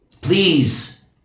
Please